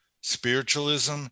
spiritualism